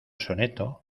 soneto